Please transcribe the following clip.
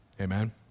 Amen